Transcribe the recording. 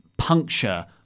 puncture